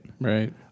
Right